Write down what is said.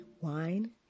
Wine